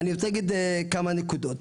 אני רוצה להגיד כמה נקודות.